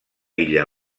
illa